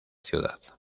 ciudad